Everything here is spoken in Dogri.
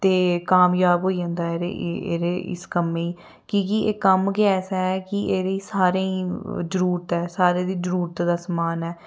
ते कामजाब होई जंदा एह्रे इस कम्में ई कि के एह् कम्म गै ऐसा ऐ कि एह्दे ई सारें ईं जरूरत ऐ सारे दी जरूरत दा समान ऐ